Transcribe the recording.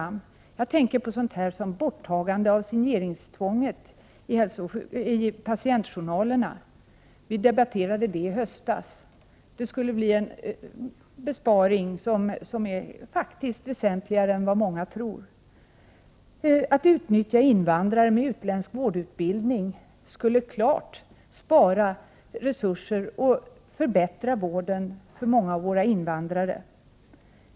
Jag tänker då exempelvis på borttagandet av signeringstvånget i fråga om patientjournaler. Den frågan debatterades i riksdagen i höstas. Här skulle vi få en besparing som faktiskt är mera väsentlig än vad många tror. Att utnyttja invandrare som har utländsk vårdutbildning skulle helt klart bidra till att resurser kunde sparas. Dessutom skulle vården förbättras för många av våra invandrare.